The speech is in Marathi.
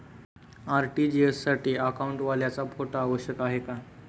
आर.टी.जी.एस साठी अकाउंटवाल्याचा फोटो आवश्यक आहे का?